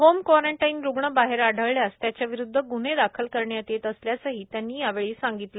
home quarantine रुग्ण बाहेर आढळल्यास त्यांच्याविरुदध ग्न्हे दाखल करण्यात येत असल्याचेही त्यांनी यावेळी सांगितले